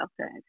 Okay